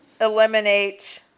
eliminate